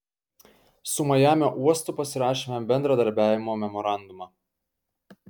su majamio uostu pasirašėme bendradarbiavimo memorandumą